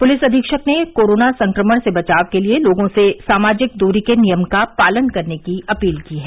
police अधीक्षक ने corona संक्रमण से बचाव के लिए लोगों से सामाजिक दूरी के नियम का पालन करने की अपील की है